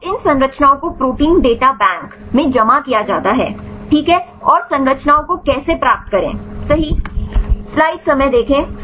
तो इन संरचनाओं को प्रोटीन डेटा बैंक में जमा किया जाता है ठीक है और संरचनाओं को कैसे प्राप्त करें